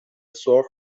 سرخ